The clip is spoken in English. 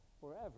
Forever